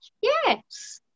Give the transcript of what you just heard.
Yes